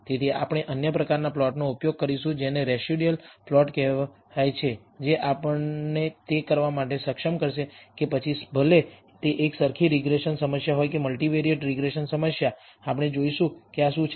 તેથી આપણે અન્ય પ્રકારના પ્લોટનો ઉપયોગ કરીશું જેનો રેસિડયુઅલપ્લોટ કહેવાય છે જે આપણને તે કરવા માટે સક્ષમ કરશે કે પછી ભલે તે એક સરખી રીગ્રેસન સમસ્યા હોય કે મલ્ટિવેરિયેટ રીગ્રેસન સમસ્યા આપણે જોઈશું કે આ શું છે